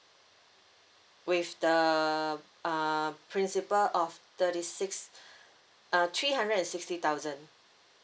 with the uh principal of thirty six uh three hundred and sixty thousand